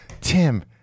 Tim